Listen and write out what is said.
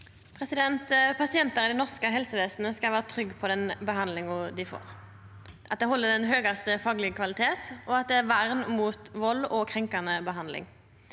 Pasien- tar i det norske helsevesenet skal vera trygge på at den behandlinga dei får, held den høgaste faglege kvalitet, og at det er vern mot vald og krenkande behandling.